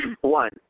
One